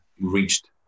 reached